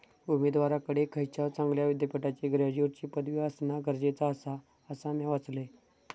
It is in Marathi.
उमेदवाराकडे खयच्याव चांगल्या विद्यापीठाची ग्रॅज्युएटची पदवी असणा गरजेचा आसा, असा म्या वाचलंय